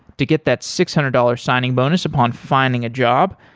to get that six hundred dollars signing bonus upon finding a job,